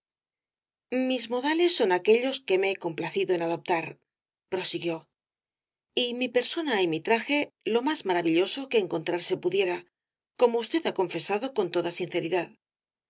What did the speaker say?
mis modales son aquellos que me he complacido en adoptar prosiguió y mi persona y mi traje lo más maravilloso que encontrarse pudiera como usted ha confesado con toda sinceridad